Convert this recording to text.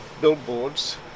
billboards